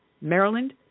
Maryland